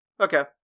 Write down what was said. Okay